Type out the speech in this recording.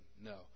No